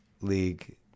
league